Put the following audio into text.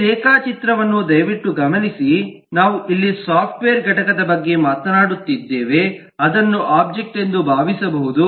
ಈ ರೇಖಾಚಿತ್ರವನ್ನು ದಯವಿಟ್ಟು ಗಮನಿಸಿ ನಾವು ಇಲ್ಲಿ ಸಾಫ್ಟ್ವೇರ್ ಘಟಕದ ಬಗ್ಗೆ ಮಾತನಾಡುತ್ತಿದ್ದೇವೆ ಅದನ್ನು ಒಬ್ಜೆಕ್ಟ್ ಎಂದು ಭಾವಿಸಬಹುದು